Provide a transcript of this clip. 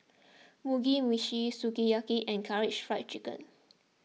Mugi Meshi Sukiyaki and Karaage Fried Chicken